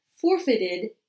forfeited